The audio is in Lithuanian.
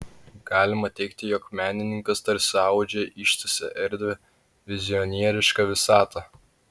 galima teigti jog menininkas tarsi audžia ištisą erdvę vizionierišką visatą